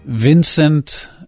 Vincent